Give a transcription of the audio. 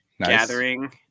gathering